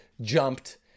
jumped